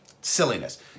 Silliness